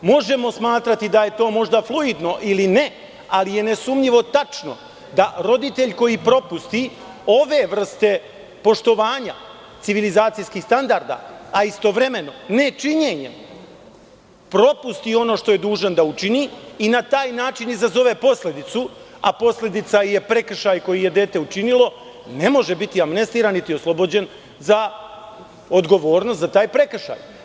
Možemo smatrati da je to možda fluidno ili ne, ali je nesumnjivo tačno da roditelj koji propusti ove vrste poštovanje civilizacijskih standarda, a istovremeno nečinjenjem, propust i ono što je dužan da učini i na taj način izazove posledicu, a posledica je prekršaj koje je dete učinilo, ne može biti amnestiran, niti oslobođen za odgovornost za taj prekršaj.